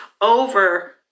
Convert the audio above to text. over